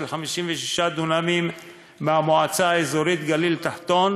56 דונמים מהמועצה האזורית גליל תחתון